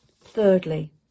Thirdly